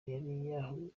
yari